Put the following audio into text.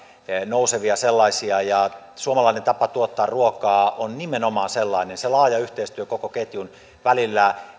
nousevia sellaisia suomalainen tapa tuottaa ruokaa on nimenomaan sellainen laaja yhteistyö koko ketjun välillä